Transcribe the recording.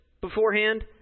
beforehand